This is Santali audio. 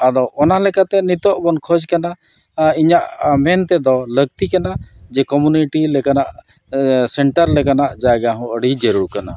ᱟᱫᱚ ᱚᱱᱟ ᱞᱮᱠᱟᱛᱮ ᱱᱤᱛᱚᱜ ᱵᱚᱱ ᱠᱷᱚᱡᱽ ᱠᱟᱱᱟ ᱤᱧᱟᱹᱜ ᱢᱮᱱ ᱛᱮᱫᱚ ᱞᱟᱹᱠᱛᱤ ᱠᱟᱱᱟ ᱡᱮ ᱠᱚᱢᱤᱱᱤᱴᱤ ᱞᱮᱠᱟᱱᱟᱜ ᱥᱮᱱᱴᱟᱨ ᱞᱮᱠᱟᱱᱟᱜ ᱡᱟᱭᱜᱟ ᱦᱚᱸ ᱟᱹᱰᱤ ᱡᱟᱹᱨᱩᱲ ᱠᱟᱱᱟ